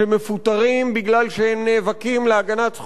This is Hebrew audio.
בגלל שהם נאבקים להגנת זכויותיהם,